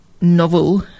novel